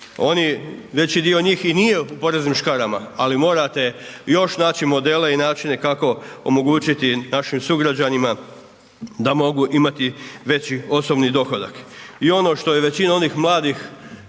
Oni, veće dio njih i nije u poreznim škarama ali morate još naći modele i načine kako omogućiti našim sugrađanima, da mogu imati veći, osobni dohodak. I ono što je većina onih mladih,